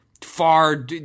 far